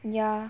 ya